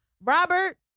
Robert